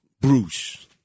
Bruce